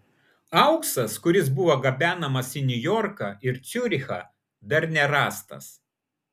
auksas kuris buvo gabenamas į niujorką ir ciurichą dar nerastas